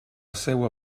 seua